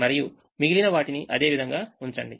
మరియు మిగిలిన వాటిని అదే విధంగా ఉంచండి